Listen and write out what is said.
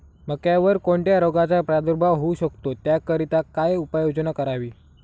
मक्यावर कोणत्या रोगाचा प्रादुर्भाव होऊ शकतो? त्याकरिता काय उपाययोजना करावी?